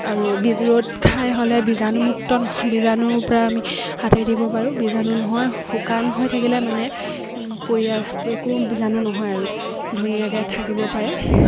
আৰু ৰ'দ খাই হ'লে বীজাণুমুক্ত নহয় বীজাণুপৰা আমি হাত সাৰি থাকিব পাৰোঁ বীজাণু নহয় শুকান হৈ থাকিলে মানে পৰিয়ালকো বীজাণু নহয় আৰু ধুনীয়াকে থাকিব পাৰে